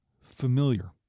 familiar